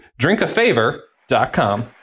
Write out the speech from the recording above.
drinkafavor.com